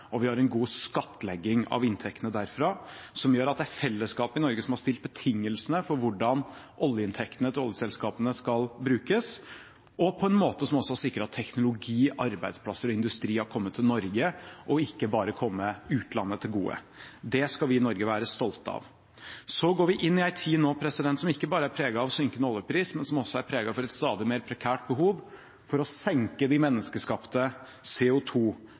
og vi har en god skattlegging av inntektene derfra som gjør at det er fellesskapet i Norge som har stilt betingelsene for hvordan oljeinntektene til oljeselskapene skal brukes, og på en måte som også sikrer at teknologi, arbeidsplasser og industri har kommet til Norge og ikke bare har kommet utlandet til gode. Det skal vi i Norge være stolte av. Så går vi inn i en tid nå som ikke bare er preget av synkende oljepris, men som også er preget av et stadig mer prekært behov for å senke de menneskeskapte